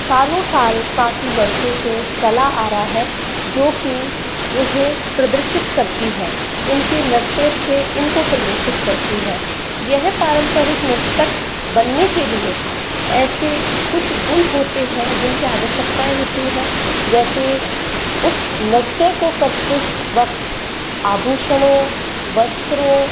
सालों साल काफ़ी वर्षों से चला आ रहा है जो कि इन्हें प्रदर्शित करती हैं इनके नृत्य से इनको प्रदर्शित करती हैं यह पारंपरिक नृतक बनने के लिए ऐसे कुछ गुण होते हैं जिनकी आवश्यकताएं होती हैं जैसे उस नृत्य को करते वक्त आभूषणों वस्त्रों